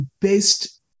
based